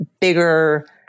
bigger